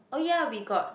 oh ya we got